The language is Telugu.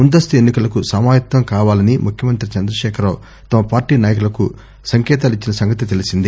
ముందస్తు ఎన్సికలకు సమాయత్తం కావాలని ముఖ్యమంత్రి చంద్రశేఖరరావు తమ పార్టీ నాయకులకు సంకేతాలిచ్చిన సంగతి తెలిసిందే